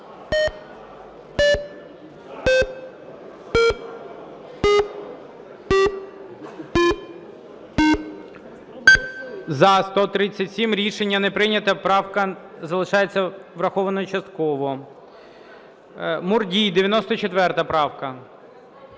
За-137 Рішення не прийнято. Правка залишається врахованою частково. Мурдій, 94 правка.